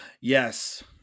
Yes